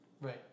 Right